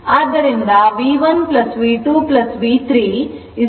ಆದ್ದರಿಂದ V1 V2 V3 I